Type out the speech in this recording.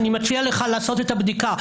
אני מציע לך לעשות את הבדיקה.